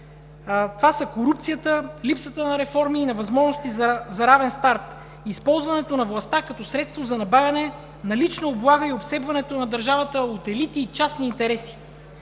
Това са корупцията, липсата на реформи, невъзможности за равен старт, използването на властта като средство за набавяне на лична облага и обсебването на държавата от елити и частни интереси.